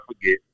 forget